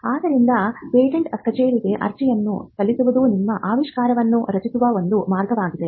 ಆದ್ದರಿಂದ ಪೇಟೆಂಟ್ ಕಚೇರಿಗೆ ಅರ್ಜಿಯನ್ನು ಸಲ್ಲಿಸುವುದು ನಿಮ್ಮ ಆವಿಷ್ಕಾರವನ್ನು ರಕ್ಷಿಸುವ ಒಂದು ಮಾರ್ಗವಾಗಿದೆ